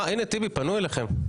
הינה, טיבי, פנו אליכם.